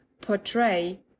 portray